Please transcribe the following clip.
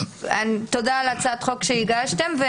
תודה על הצעת החוק שהגשתם.